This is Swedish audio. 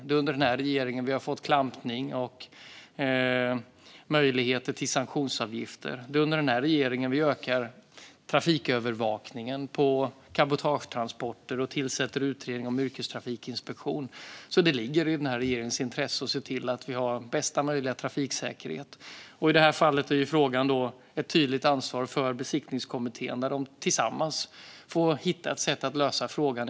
Det är under den här regeringen vi har fått klampning och möjligheter till sanktionsavgifter. Det är den här regeringen som har ökat trafikövervakningen på cabotagetransporter och tillsatt en utredning om yrkestrafikinspektion. Det ligger alltså i den här regeringens intresse att se till att vi har bästa möjliga trafiksäkerhet. Det här fallet är ett tydligt ansvar för Besiktningskommittén. De får tillsammans hitta ett sätt att lösa frågan.